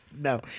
No